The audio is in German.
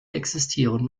existieren